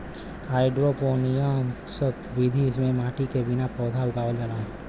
hydroponics विधि में मट्टी के बिना पौधा उगावल जाला